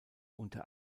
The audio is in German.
unter